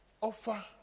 Offer